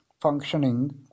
functioning